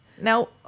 Now